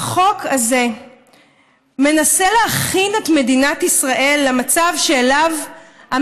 החוק הזה מנסה להכין את מדינת ישראל למצב שהממשלה